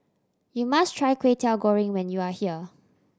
you must try Kwetiau Goreng when you are here